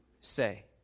say